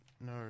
No